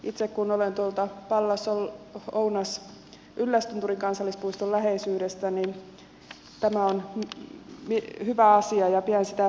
itse kun olen tuolta pallas yllästunturin kansallispuiston läheisyydestä niin tämä on hyvä asia ja pidän sitä hyvin tärkeänä